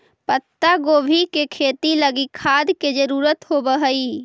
पत्तागोभी के खेती लागी खाद के जरूरत होब हई